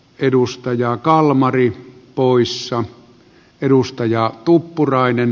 edustajaa kalmari poissa edustaja tuppurainen